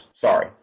Sorry